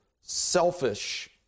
selfish